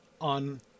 on